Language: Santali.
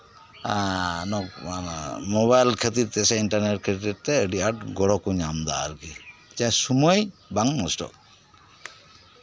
ᱮᱸᱫ ᱢᱳᱵᱟᱭᱤᱞ ᱠᱷᱟᱛᱤᱨ ᱛᱮ ᱥᱮ ᱤᱱᱴᱟᱨᱱᱮᱴ ᱠᱷᱟᱛᱤᱨ ᱛᱮ ᱟᱰᱤ ᱟᱸᱴ ᱜᱚᱲᱚ ᱠᱚ ᱧᱟᱢ ᱮᱫᱟ ᱟᱨᱠᱤ ᱡᱟᱦᱟᱸ ᱥᱚᱢᱚᱭ ᱵᱟᱝ ᱱᱚᱥᱴᱚᱜ